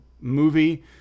movie